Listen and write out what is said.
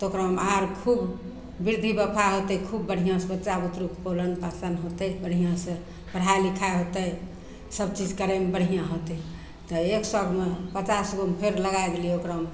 तऽ ओकरामे आओर खूब बिरधी वफा होतै खूब बढ़िआँसे बच्चा बुतुरुके पालन पोसन होतै बढ़िआँसे पढ़ाइ लिखाइ होतै सबचीज करैमे बढ़िआँ होतै तऽ एक सओमे पचास गोमे फेर लगै देलिए ओकरामे